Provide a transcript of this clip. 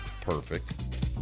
perfect